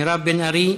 מירב בן ארי,